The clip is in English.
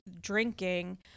drinking